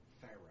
Pharaoh